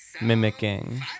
Mimicking